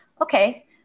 okay